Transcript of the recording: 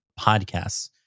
podcasts